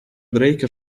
drake